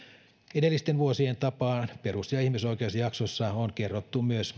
edellisten vuosien tapaan perus ja ihmisoikeusjaksossa on kerrottu myös